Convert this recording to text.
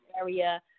area